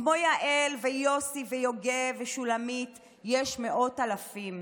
כמו יעל ויוסי ויוגב ושולמית יש מאות אלפים,